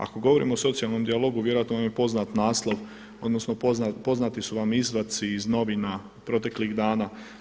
Ako govorimo o socijalnom dijalogu vjerojatno vam je poznat naslov, odnosno poznati su vam izvadci iz novina proteklih dana.